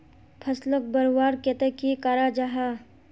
फसलोक बढ़वार केते की करा जाहा?